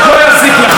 אני אגיד לכם מה.